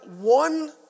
one